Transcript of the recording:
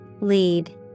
Lead